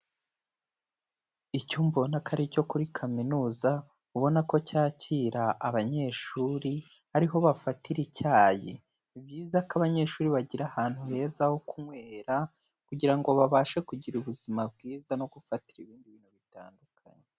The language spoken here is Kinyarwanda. Icyumba ubona ko ari icyo kuri kaminuza, ubona ko cyakira abanyeshuri ariho bafatira icyayi, ni byiza ko abanyeshuri bagira ahantu heza ho kunywera, kugira ngo babashe kugira ubuzima bwiza no gufatira ibindi bintu bitandukanye.